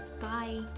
Bye